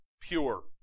pure